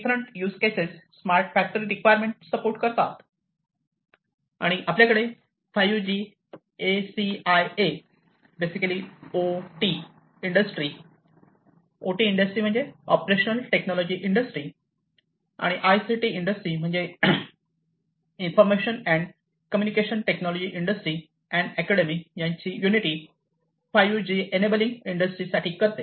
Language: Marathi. different use cases smart factory requirement support करतात आणि आपल्याकडे 5G ACIA basically OT industry OT industry म्हणजे ऑपरेशनल टेक्नॉलॉजी इंडस्ट्री आणि ICT इंडस्ट्री म्हणजे information and communication technology industry and academy यांची युनिटी 5G एनएब्लिंग इंडस्ट्रीसाठी करते